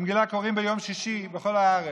את המגילה קוראים ביום שישי בכל הארץ.